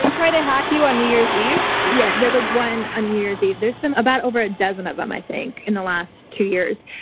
they tried to hack you on new year's eve? yeah, there was one on ah new year's eve. there's been about over a dozen of them, i think, in the last two years.